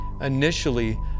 Initially